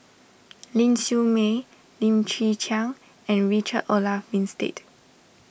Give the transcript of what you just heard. Ling Siew May Lim Chwee Chian and Richard Olaf Winstedt